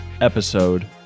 episode